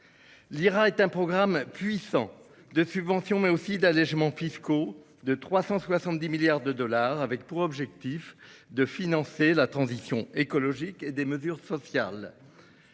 L'IRA, ou, est un programme puissant de subventions, mais aussi d'allègements fiscaux de 370 milliards de dollars avec pour objectif de financer la transition écologique et des mesures sociales.